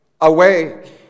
away